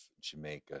Jamaica